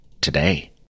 Today